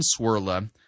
Swirla